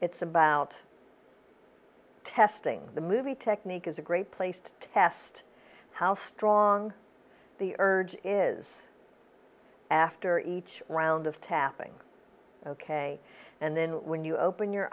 it's about testing the movie technique is a great place to test how strong the urge is after each round of tapping ok and then when you open your